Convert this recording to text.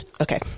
Okay